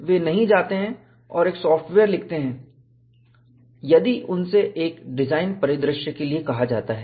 वे नहीं जाते हैं और एक सॉफ्टवेयर लिखते हैं यदि उनसे एक डिजाइन परिदृश्य के लिए कहा जाता है